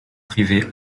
privées